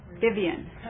Vivian